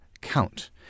count